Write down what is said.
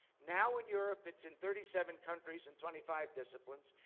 now, in europe, it's in thirty seven countries in twenty five disciplines.